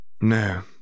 No